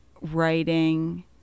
writing